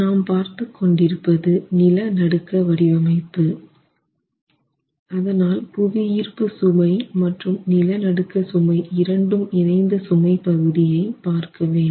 நாம் பார்த்துக் கொண்டிருப்பது நில நடுக்க வடிவமைப்பு அதனால் புவி ஈர்ப்பு சுமை மற்றும் நிலநடுக்க சுமை இரண்டும் இணைந்த சுமை பகுதியை பார்க்க வேண்டும்